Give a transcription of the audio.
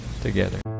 together